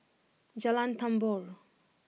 Jalan Tambur